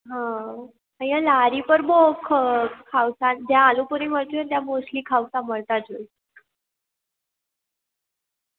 હ અહીંયા લારી પર બહુ ખાઉસા જ્યાં આલુપૂરી મળતી હોય ને ત્યાં મોસ્ટલી ખાઉસા મળતા જ હોય